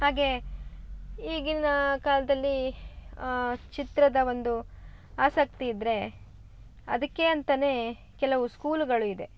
ಹಾಗೇ ಈಗಿನ ಕಾಲದಲ್ಲಿ ಚಿತ್ರದ ಒಂದು ಆಸಕ್ತಿ ಇದ್ದರೆ ಅದಕ್ಕೆ ಅಂತಾನೇ ಕೆಲವು ಸ್ಕೂಲುಗಳು ಇದೆ